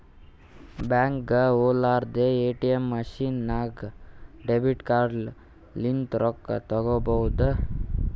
ಬ್ಯಾಂಕ್ಗ ಹೊಲಾರ್ದೆ ATM machine ನಾಗ್ ಡೆಬಿಟ್ ಕಾರ್ಡ್ ಲಿಂತ್ ರೊಕ್ಕಾ ತೇಕೊಬೋದ್